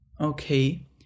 okay